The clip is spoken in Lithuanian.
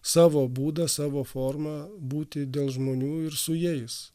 savo būdą savo forma būti dėl žmonių ir su jais